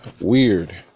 weird